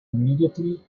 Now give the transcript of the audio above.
immediately